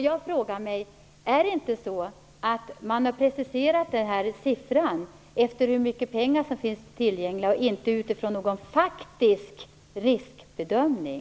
Jag frågar mig: Har man inte preciserat den här siffran efter hur mycket pengar som finns tillgängliga och inte utifrån någon faktisk riskbedömning?